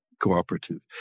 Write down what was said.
cooperative